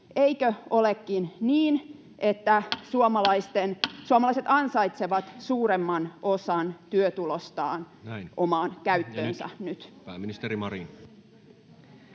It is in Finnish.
koputtaa] että suomalaiset ansaitsevat suuremman osan työtulostaan omaan käyttöönsä nyt? [Speech 97]